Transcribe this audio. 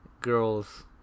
girls